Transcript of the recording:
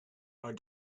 are